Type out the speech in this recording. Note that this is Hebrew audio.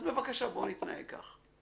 אז בבקשה בואו נתנהג כך.